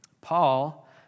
Paul